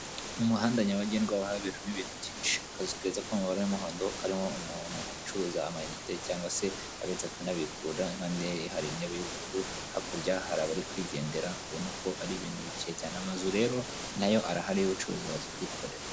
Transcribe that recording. umuhanda nyabagendwa haba haberamo ibi byinshi, akazu keza ko mubara y'umuhondo karimo umuntu ucuruza amayinite cyangwa se abitsa akanabikura, impande ye hari intebe y'ubururu, hakurya hari abari kwigendera, ubona ko ari ibintu bikeye cyane, amazu rero nayo arahari y'ubucuruzi waza ukikorera.